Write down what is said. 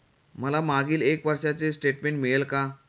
मला मागील एक वर्षाचे स्टेटमेंट मिळेल का?